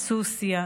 סוסיא,